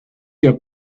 your